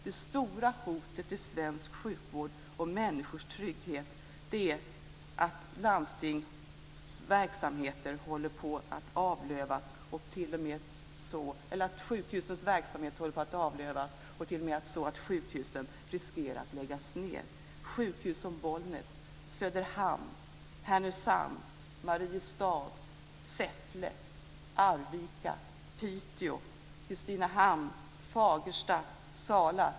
Det stora hotet i svensk sjukvård mot människors trygghet är att sjukhusens verksamheter håller på att avlövas och att sjukhusen t.o.m. riskerar att läggas ned - sjukhus som Bollnäs, Söderhamn, Härnösand, Mariestad, Säffle, Arvika, Piteå, Kristinehamn, Fagersta, Sala.